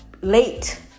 late